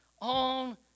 on